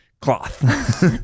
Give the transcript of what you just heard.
cloth